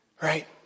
right